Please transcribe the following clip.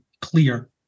clear